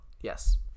yes